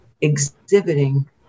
exhibiting